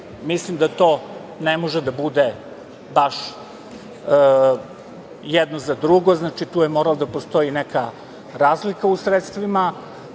Mislim da to ne može da bude baš jedno za drugo. Znači, tu je morala da postoji neka razlika u sredstvima.